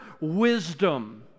wisdom